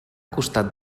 costat